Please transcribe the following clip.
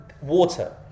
water